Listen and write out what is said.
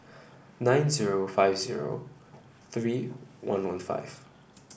nine zero five zero three one one five